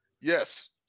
Yes